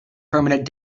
permanent